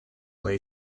lay